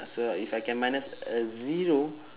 so if I can minus a zero